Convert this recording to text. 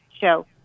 show